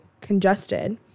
congested